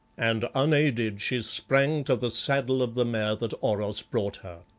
and unaided she sprang to the saddle of the mare that oros brought her.